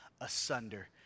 asunder